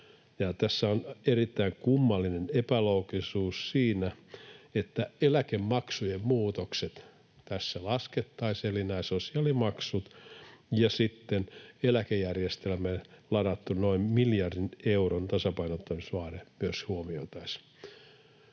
Tässä on erittäin kummallinen epäloogisuus, että eläkemaksujen muutokset tässä laskettaisiin, eli nämä sosiaalimaksut, ja sitten eläkejärjestelmään ladattu noin miljardin euron tasapainottamisvaade myös huomioitaisiin.